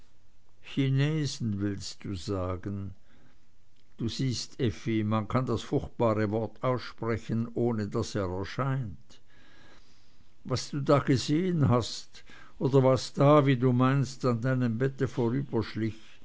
chinesen willst du sagen du siehst effi man kann das furchtbare wort aussprechen ohne daß er erscheint was du da gesehen hast oder was da wie du meinst an deinem bett